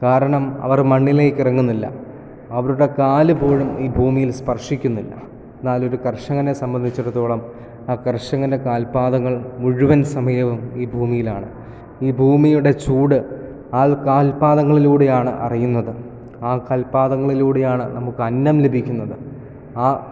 കാരണം അവർ മണ്ണിലേക്ക് ഇറങ്ങുന്നില്ല അവരുടെ കാൽ പോലും ഈ ഭൂമിയിൽ സ്പർശിക്കുന്നില്ല എന്നാൽ ഒരു കർഷകനെ സംബന്ധിച്ചിടത്തോളം ആ കർഷകൻ്റെ കാൽ പാദങ്ങൾ മുഴുവൻ സമയവും ഈ ഭൂമിയിലാണ് ഈ ഭൂമിയുടെ ചൂട് ആ കൽപ്പാദങ്ങളിലൂടെയാണ് അറിയുന്നത് ആ കൽപ്പാദങ്ങളിലൂടെയാണ് നമുക്ക് അന്നം ലഭിക്കുന്നത് ആ